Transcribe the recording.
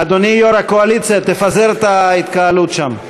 אדוני יושב-ראש הקואליציה, תפזר את ההתקהלות שלם.